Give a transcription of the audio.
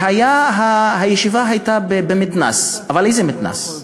והישיבה הייתה במתנ"ס, אבל איזה מתנ"ס?